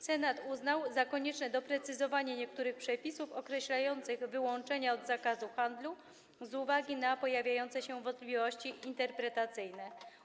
Senat uznał za konieczne doprecyzowanie niektórych przepisów określających wyłączenia od zakazu handlu z uwagi na pojawiające się wątpliwości interpretacyjne.